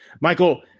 Michael